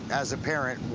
as a parent,